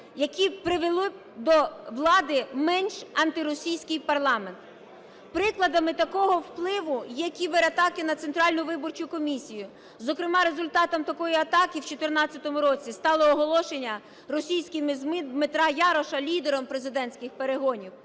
які привели б до влади менш антиросійський парламент. Прикладами такого впливу є кібератаки на Центральну виборчу комісію. Зокрема, результатом такої атаки в 2014 році стало оголошення російськими ЗМІ Дмитра Яроша лідером президентських перегонів.